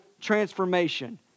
transformation